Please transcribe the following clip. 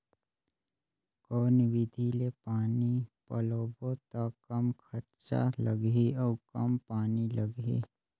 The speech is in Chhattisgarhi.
कौन विधि ले पानी पलोबो त कम खरचा लगही अउ कम पानी लगही?